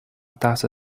taça